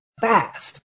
fast